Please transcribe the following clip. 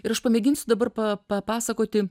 ir aš pamėginsiu dabar pa papasakoti